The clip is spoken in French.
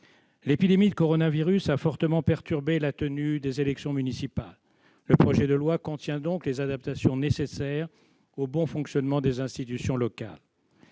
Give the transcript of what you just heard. L'épidémie de coronavirus a fortement perturbé la tenue des élections municipales. Le projet de loi comporte les adaptations nécessaires au bon fonctionnement des institutions locales.